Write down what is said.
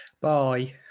Bye